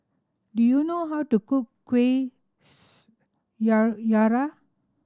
do you know how to cook kuih